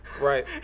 right